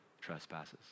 trespasses